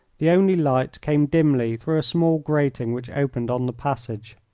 the only light came dimly through a small grating which opened on the passage.